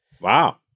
Wow